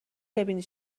ببینی